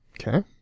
Okay